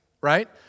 Right